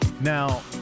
Now